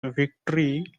victory